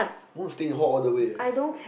want to stay in hall all the way leh